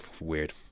weird